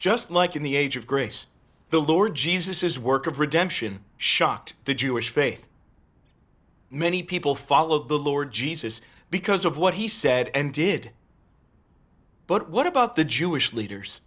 just like in the age of grace the lord jesus his work of redemption shocked the jewish faith many people follow the lord jesus because of what he said and did but what about the jewish leaders